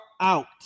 out